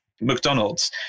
McDonald's